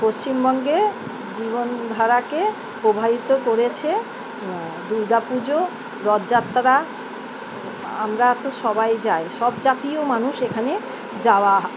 পশ্চিমবঙ্গে জীবনধারাকে প্রভাবিত করেছে দুর্গা পুজো রথযাত্রা আমরা তো সবাই যাই সব জাতীয় মানুষ এখানে যাওয়া